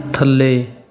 ਥੱਲੇ